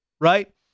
right